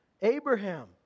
Abraham